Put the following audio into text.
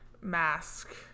mask